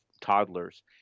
toddlers